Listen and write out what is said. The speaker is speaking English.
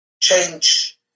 change